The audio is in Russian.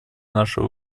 нашего